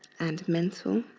and mental